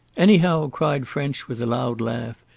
anyhow, cried french with a loud laugh,